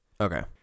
Okay